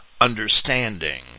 understanding